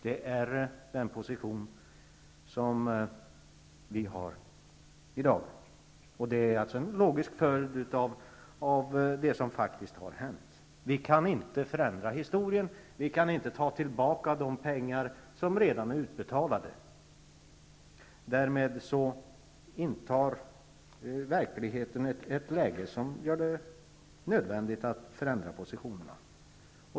Det är den position som vi har i dag, och det är en logisk följd av det som faktiskt har hänt. Vi kan inte förändra historien och ta tillbaka de pengar som redan är utbetalade. Därmed har det uppstått ett läge som gör det nödvändigt att förändra positionerna.